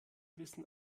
wissen